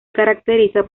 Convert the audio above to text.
caracteriza